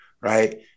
right